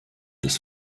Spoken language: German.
des